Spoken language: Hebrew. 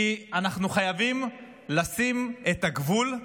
כי אנחנו חייבים לשים את הגבול: